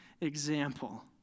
example